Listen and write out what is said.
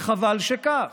וחבל שכך.